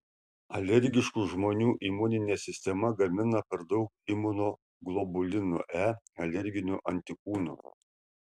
alergiškų žmonių imuninė sistema gamina per daug imunoglobulino e alerginio antikūno